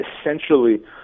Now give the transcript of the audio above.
essentially